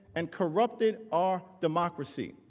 and corrupted our democracy.